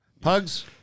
Pugs